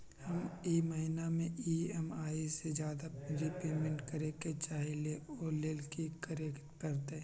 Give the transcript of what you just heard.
हम ई महिना में ई.एम.आई से ज्यादा रीपेमेंट करे के चाहईले ओ लेल की करे के परतई?